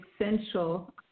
essential